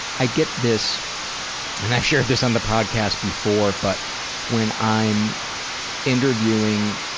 i get this and i've shared this on the podcast before but when i'm interviewing